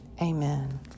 Amen